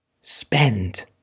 spend